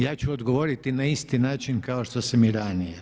Ja ću odgovoriti na isti način kao što sam i ranije.